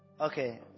Okay